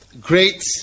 great